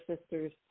Sisters